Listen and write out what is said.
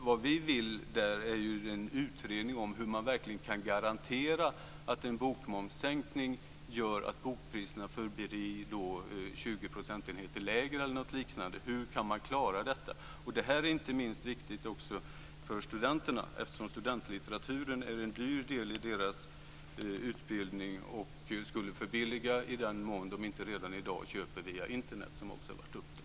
Vad vi vill ha är en utredning om hur man verkligen kan garantera att en bokmomssänkning gör att bokpriserna förblir 20 procentenheter lägre, eller något liknande, och hur man kan klara detta. Det är inte minst viktigt för studenterna, eftersom studentlitteraturen är en dyr del i deras utbildning, och detta skulle förbilliga för dem, i den mån de inte redan i dag köper via Internet, vilket också har diskuterats.